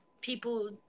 people